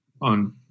on